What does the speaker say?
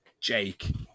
Jake